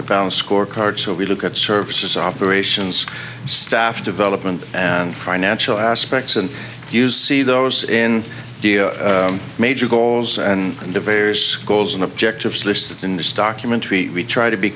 pound scorecard so we look at service operations staff development and financial aspects and you see those in the major goals and the various goals and objectives listed in this documentary we try to be